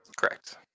Correct